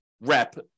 rep